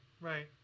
Right